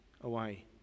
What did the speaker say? away